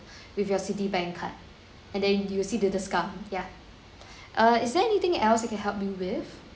with your citibank card and then you will see the discount yeah uh is there anything else I can help you with